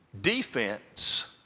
defense